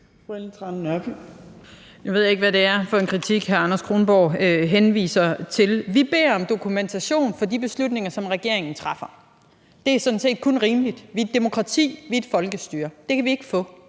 ved jeg ikke, hvad det er for en kritik, hr. Anders Kronborg henviser til. Vi beder om dokumentation for de beslutninger, som regeringen træffer. Det er sådan set kun rimeligt. Vi er et demokrati, vi er et folkestyre. Det kan vi ikke få.